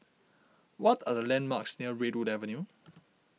what are the landmarks near Redwood Avenue